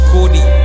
Cody